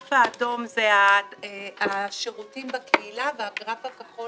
הגרף האדום זה השירותים בקהילה והגרף הכחול